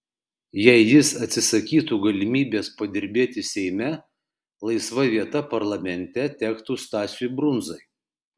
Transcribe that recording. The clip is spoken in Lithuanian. jei jis atsisakytų galimybės padirbėti seime laisva vieta parlamente tektų stasiui brundzai